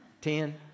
Ten